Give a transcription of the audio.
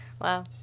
Wow